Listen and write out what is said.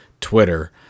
Twitter